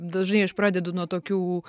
dažnai aš pradedu nuo tokių